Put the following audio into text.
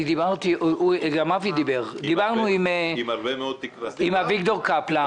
דיברנו עם אביגדור קפלן.